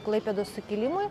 klaipėdos sukilimui